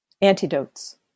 Antidotes